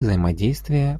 взаимодействие